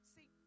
See